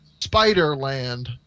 Spider-land